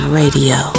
radio